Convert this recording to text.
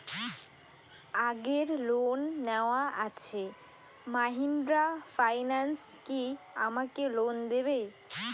আগের লোন নেওয়া আছে মাহিন্দ্রা ফাইন্যান্স কি আমাকে লোন দেবে?